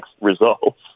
Results